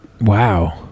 Wow